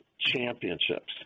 championships